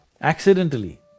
accidentally